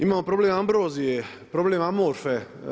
Imamo problem ambrozije, problem amorfne.